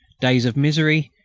days of misery,